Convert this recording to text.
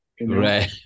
Right